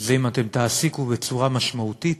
זה אם תעסיקו בצורה משמעותית